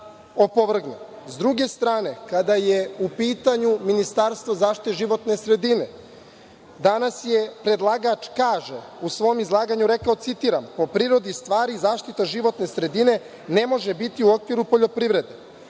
S druge strane, kada je u pitanju Ministarstvo zaštite životne sredine, danas je predlagač u svom izlaganju rekao, citiram, po prirodi stvari, zaštita životne sredine ne može biti u okviru poljoprivrede.